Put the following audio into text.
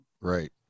right